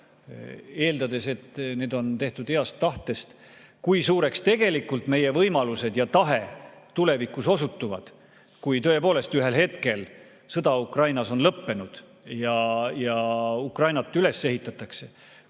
eeldades, et need on tehtud heast tahtest. Kui suureks tegelikult meie võimalused ja tahe tulevikus osutuvad, kui tõepoolest ühel hetkel sõda Ukrainas on lõppenud ja Ukrainat üles ehitatakse,